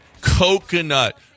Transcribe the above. coconut